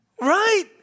Right